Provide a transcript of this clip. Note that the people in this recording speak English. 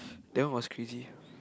that one was crazy